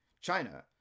China